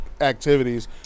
activities